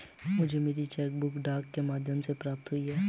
मुझे मेरी cheque book डाक के माध्यम से प्राप्त हुई है